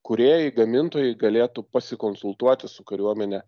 kūrėjai gamintojai galėtų pasikonsultuoti su kariuomene